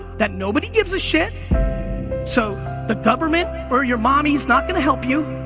that nobody gives a shit so the government or your mommy's not gonna help you.